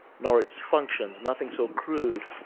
nor its functions, nothing so crude,